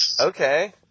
okay